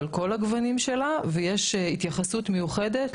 על כל הגוונים שלה ויש התייחסות מיוחדת